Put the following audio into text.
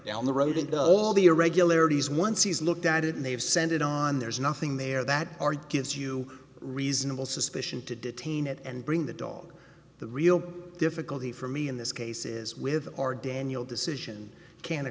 down the road in all the irregularities once he's looked at it and they've sent it on there's nothing there that are gives you reasonable suspicion to detain it and bring the dog the real difficulty for me in this case is with our daniel decision can